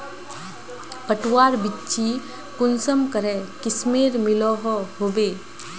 पटवार बिच्ची कुंसम करे किस्मेर मिलोहो होबे?